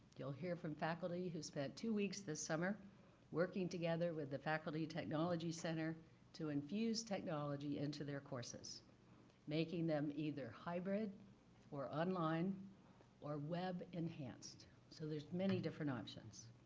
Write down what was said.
you'll hear from faculty who spent two weeks this summer working together with the faculty technology center to infuse technology into their courses making them either hybrid or online or web enhanced. so there's many different options.